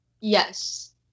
Yes